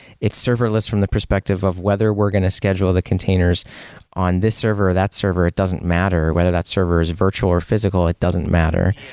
it serverless from the perspective of whether we're going to schedule the containers on this server or that server, it doesn't matter. whether that servers is virtual or physical, it doesn't matter.